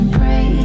pray